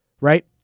Right